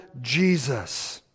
Jesus